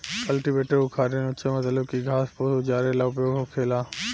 cultivator उखारे नोचे मतलब की घास फूस उजारे ला उपयोग होखेला